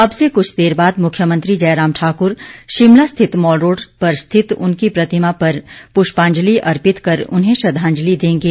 अब से कुछ देर बाद मुख्यमंत्री जयराम ठाकुर शिमला स्थित मालरोड पर स्थित उनकी प्रतिमा पर पुष्पाजंलि अर्पित कर उन्हें श्रद्धाजंलि देंगे